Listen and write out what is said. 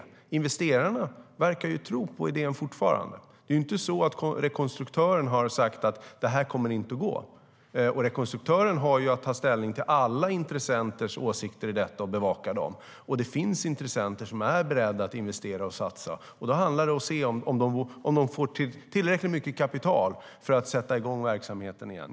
Investerarna verkar fortfarande tro på idén. Rekonstruktören har inte sagt att det inte kommer att gå. Rekonstruktören har att ta ställning till alla intressenters åsikter om detta och bevaka dem. Det finns intressenter som är beredda att investera och satsa. Det handlar om att se om de får tillräckligt mycket kapital för att sätta igång verksamheten igen.